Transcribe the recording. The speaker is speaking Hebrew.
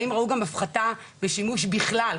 האם ראו גם הפחתה בשימוש בכלל?